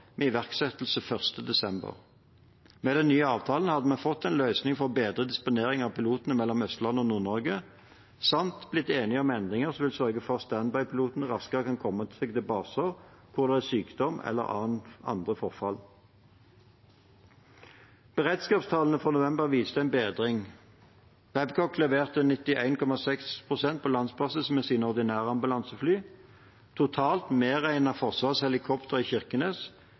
med iverksettelse 1. desember. Med den nye avtalen har man fått en løsning for bedre disponering av pilotene mellom Østlandet og Nord-Norge, samt blitt enige om endringer som vil sørge for at stand by-pilotene raskere kan komme seg til baser hvor det er sykdom eller andre forfall. Beredskapstallene for november viste en bedring. Babcock leverte 91,6 pst. på landsbasis med sine ordinære ambulansefly. Totalt – medregnet Forsvarets helikopter i Kirkenes